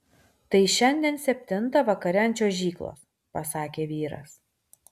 tai šiandien septintą vakare ant čiuožyklos pasakė vyras